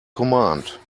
command